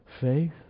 faith